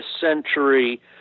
century